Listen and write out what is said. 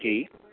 जी